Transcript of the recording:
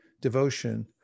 devotion